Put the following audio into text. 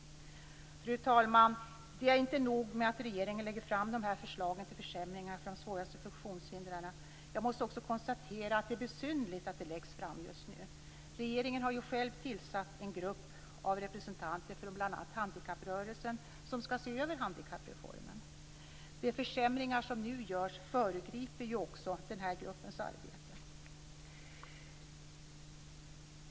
Fru talman! Det är inte nog med att regeringen lägger fram dessa förslag till försämringar för de svårast funktionshindrade. Jag måste också konstatera att det är besynnerligt att de läggs fram just nu. Regeringen har ju själv tillsatt en grupp av representanter från bl.a. handikapprörelsen som skall se över handikappreformen. De försämringar som nu görs föregriper ju dessutom den här gruppens arbete.